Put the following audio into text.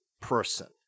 person